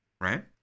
Right